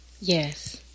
Yes